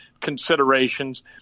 considerations